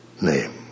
name